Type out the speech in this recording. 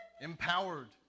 Empowered